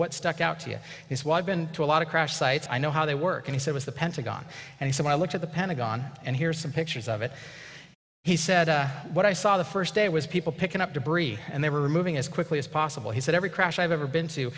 what stuck out to you is why i've been to a lot of crash sites i know how they work he said with the pentagon and he said i looked at the pentagon and here's some pictures of it he said what i saw the first day was people picking up debris and they were moving as quickly as possible he said every crash i've ever been to